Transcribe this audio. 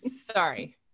sorry